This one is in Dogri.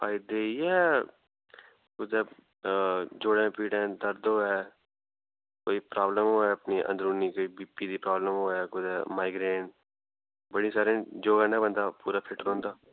फायदे इयै कुदै जोड़ें पीड़ां दर्द होऐ कोई प्रॉब्लम होऐ अंदरुनी अपनी कोई बीपी दी प्रॉब्लम होऐ कोई माईग्रेन बड़े सारे जोड़ें कन्नै बंदा फिट रौहंदा